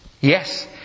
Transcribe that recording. Yes